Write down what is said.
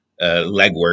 legwork